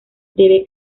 debe